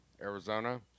Arizona